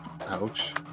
Ouch